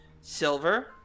Silver